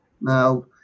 now